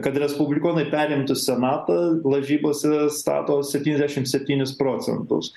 kad respublikonai perimtų senatą lažybose stato septyniasdešim septynis procentus